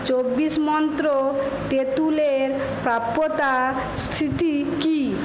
চব্বিশ মন্ত্র তেঁতুলের প্রাপ্যতা স্থিতি কি